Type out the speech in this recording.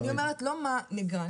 אני אומרת לא מה נגרע.